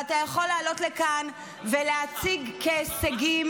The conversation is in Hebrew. ואתה יכול לעלות לכאן ולהציג כהישגים